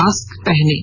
mask पहनें